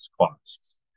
costs